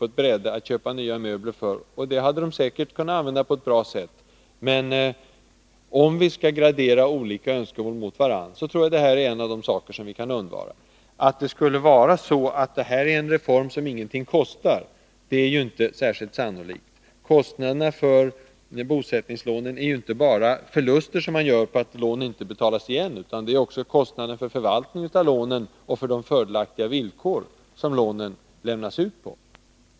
på ett bräde att köpa nya möbler för. De hade säkert kunnat använda de pengarna på ett bra sätt, men om vi skall gradera olika önskemål tror jag att detta är en av de saker som vi kan undvara. Påståendet att detta skulle vara en reform som ingenting kostar är inte särskilt trovärdigt. Kostnaderna för bosättningslånen är inte bara förluster som man gör på att lån inte betalas tillbaka, det är också kostnader för förvaltning av lånen och för de fördelaktiga villkor som gäller för lån.